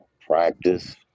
Practice